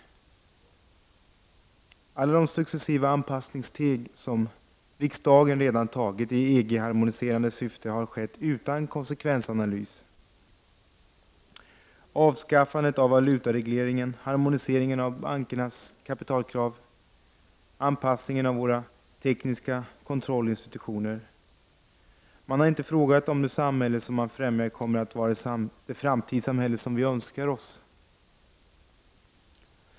Alla de successiva anpassningssteg som riksdagen redan tagit i EG-harmoniserande syfte har skett utan konsekvensanalys: avskaffandet av valutaregleringen, harmoniseringen av bankernas kapitalkrav och anpassningen av våra tekniska kontrollinstitutioner. Man har inte frågat om det samhälle som man främjar kommer att vara det framtidssamhälle som vi önskar oss.